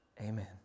Amen